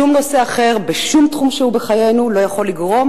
שום נושא אחר בשום תחום שהוא בחיינו לא יכול לגרום